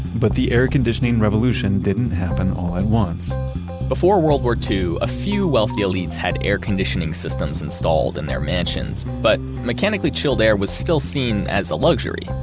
but the air conditioning revolution didn't happen all at once before world war ii, a few wealthy elites had air conditioning systems installed in their mansions, but mechanically chilled air was still seen as a luxury.